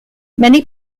many